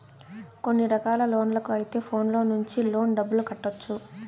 కొన్ని రకాల లోన్లకు అయితే ఫోన్లో నుంచి లోన్ డబ్బులు కట్టొచ్చు